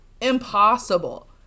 impossible